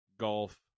Golf